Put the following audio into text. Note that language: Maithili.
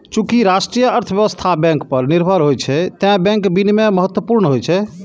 चूंकि राष्ट्रीय अर्थव्यवस्था बैंक पर निर्भर होइ छै, तें बैंक विनियमन महत्वपूर्ण होइ छै